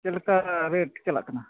ᱪᱮᱫ ᱞᱮᱠᱟ ᱨᱮᱴ ᱪᱟᱞᱟᱜ ᱠᱟᱱᱟ